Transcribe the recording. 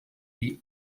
die